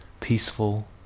peaceful